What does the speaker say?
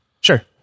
Sure